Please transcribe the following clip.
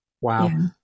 Wow